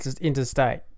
interstate